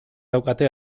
daukate